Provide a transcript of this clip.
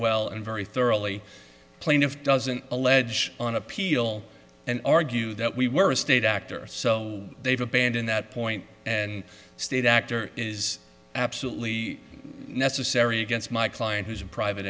well and very thoroughly plaintiff doesn't allege on appeal and argue that we were a state actor so they've abandoned that point and state actor is absolutely necessary against my client who's a private